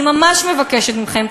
אני ממש מבקשת מכם,